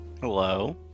Hello